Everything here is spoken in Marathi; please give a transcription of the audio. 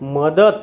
मदत